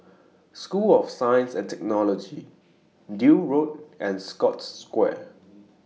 School of Science and Technology Deal Road and Scotts Square